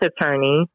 attorney